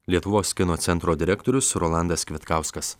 lietuvos kino centro direktorius rolandas kvietkauskas